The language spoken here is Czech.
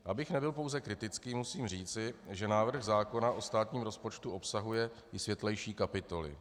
Abych nebyl pouze kritický, musím říci, že návrh zákona o státním rozpočtu obsahuje i světlejší kapitoly.